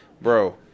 Bro